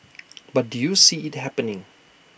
but do you see IT happening